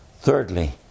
Thirdly